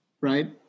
right